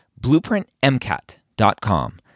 BlueprintMCAT.com